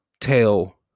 tell